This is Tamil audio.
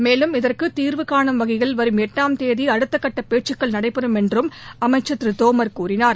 மேலும் இதற்கு தீர்வுகானும் வகையில் வரும் எட்டாம் தேதி அடுத்தக்கட்ட பேச்சுக்கள் நடைபெறும் என்றும் அமைச்சர் திரு தோமர் கூறினார்